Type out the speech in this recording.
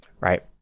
right